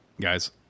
guys